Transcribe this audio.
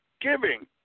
giving